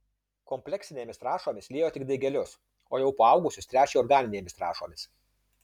kompleksinėmis trąšomis liejo tik daigelius o jau paaugusius tręšė organinėmis trąšomis